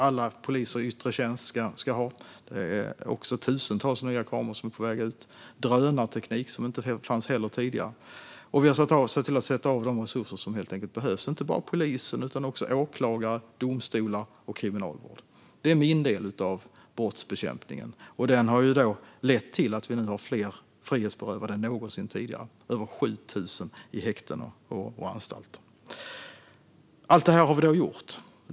Alla poliser i yttre tjänst ska ha uniformskameror, så det är tusentals nya kameror som är på väg ut. Det finns nu även drönarteknik som inte fanns tidigare. Vi har också sett till att helt enkelt sätta av de resurser som behövs, inte bara till polisen utan också till åklagare, domstolar och kriminalvård. Det är min del av brottsbekämpningen, och den har lett till att vi har fler frihetsberövade än någonsin tidigare - över 7 000 i häktena och på anstalter. Allt detta har vi gjort.